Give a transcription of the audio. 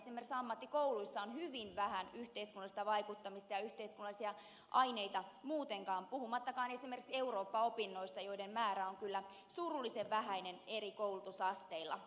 esimerkiksi ammattikouluissa on hyvin vähän yhteiskunnallista vaikuttamista ja yhteiskunnallisia aineita muutenkaan puhumattakaan esimerkiksi eurooppa opinnoista joiden määrä on kyllä surullisen vähäinen eri koulutusasteilla